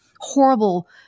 horrible